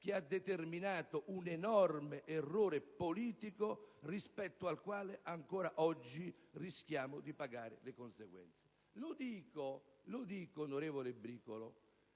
che ha dato luogo ad un enorme errore politico, rispetto al quale ancora oggi rischiamo di pagare le conseguenze. Lo dico, senatore Bricolo,